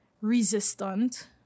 resistant